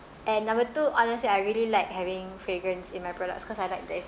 and number two honestly I really like having fragrance in my products because I like the